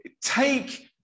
take